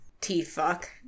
T-fuck